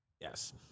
Yes